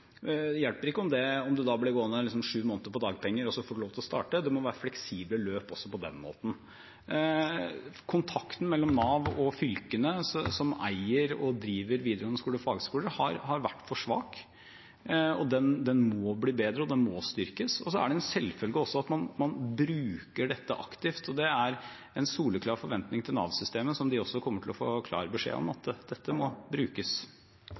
Det hjelper ikke om man blir gående sju måneder på dagpenger, og så får man lov til å starte. Det må være fleksible løp også på den måten. Kontakten mellom Nav og fylkene, som eier og driver videregående skoler og fagskoler, har vært for svak. Den må bli bedre, den må styrkes. Så er det også en selvfølge at man bruker dette aktivt. Det er en soleklar forventning til Nav-systemet at dette må brukes, noe de også kommer til å få klar beskjed om.